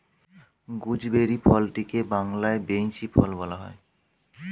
gooseberry ফলটিকে বাংলায় বৈঁচি ফল বলা হয়